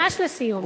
ממש לסיום.